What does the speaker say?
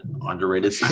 underrated